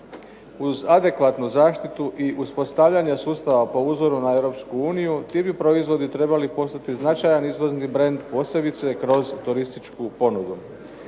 Uz adekvatnu zaštitu i uspostavljanje sustava po uzoru na Europsku uniju ti bi proizvodi trebali postati značajan izvozni brend, posebice kroz turističku ponudu.